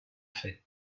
fait